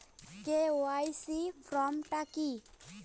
KYC form টা কি?